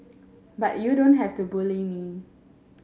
but you don't have to bully me